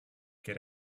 get